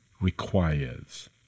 requires